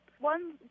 One